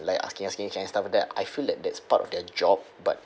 like asking asking and stuff like that I feel that that's part of their job but